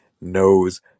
knows